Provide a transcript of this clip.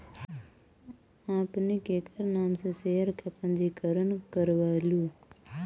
आपने केकर नाम से शेयर का पंजीकरण करवलू